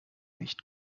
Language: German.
nicht